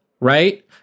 right